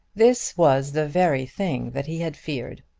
this was the very thing that he had feared.